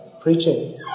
preaching